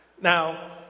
Now